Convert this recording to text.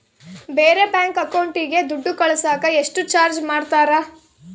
ಬೇರೆ ಬ್ಯಾಂಕ್ ಅಕೌಂಟಿಗೆ ದುಡ್ಡು ಕಳಸಾಕ ಎಷ್ಟು ಚಾರ್ಜ್ ಮಾಡತಾರ?